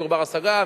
דיור בר-השגה,